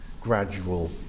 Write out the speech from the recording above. gradual